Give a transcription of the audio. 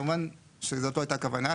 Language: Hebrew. כמובן שזאת לא הייתה הכוונה,